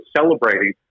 celebrating